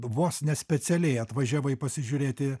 vos ne specialiai atvažiavai pasižiūrėti